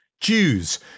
Jews